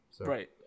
Right